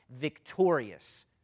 victorious